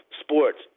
sports